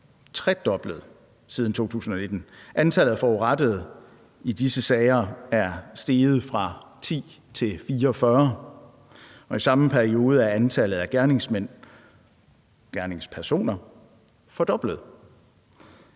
tredoblet – siden 2019. Antallet af forurettede i disse sager er steget fra 10 til 44, og i samme periode er antallet af gerningsmænd, gerningspersoner, fordoblet.